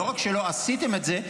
לא רק שלא עשיתם את זה,